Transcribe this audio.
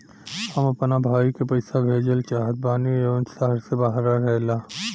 हम अपना भाई के पइसा भेजल चाहत बानी जउन शहर से बाहर रहेला